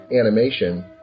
animation